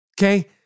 Okay